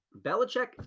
Belichick